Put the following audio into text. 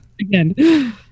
again